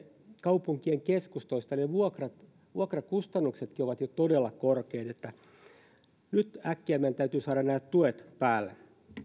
kaupunkien keskustoissa ne vuokrakustannuksetkin ovat jo todella korkeat nyt äkkiä meidän täytyy saada nämä tuet päälle